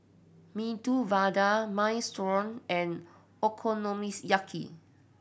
Medu Vada Minestrone and Okonomiyaki